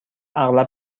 اغلب